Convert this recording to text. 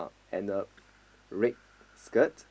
and a red skirt